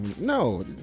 No